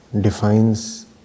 defines